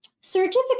Certificate